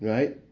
Right